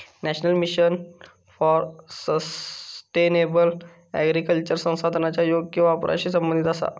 national mission for sustainable agriculture संसाधनांच्या योग्य वापराशी संबंधित आसा